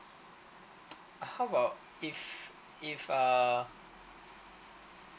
how about if if uh